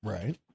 Right